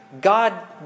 God